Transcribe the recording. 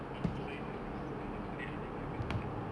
eighty five dollars then after that I never even like